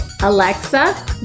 Alexa